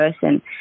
person